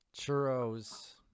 churros